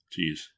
Jeez